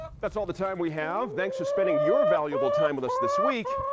that's all the time we have. thanks for spending your valuable time with us this week.